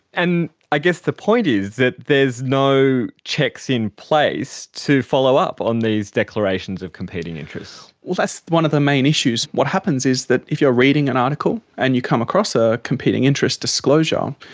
and i guess the point is that there is no checks in place to follow up on these declarations of competing interest. well, that's one of the main issues. what happens is that if you are reading an article and you come across a competing interest disclosure,